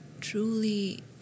truly